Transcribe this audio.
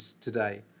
today